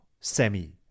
Semi